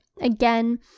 again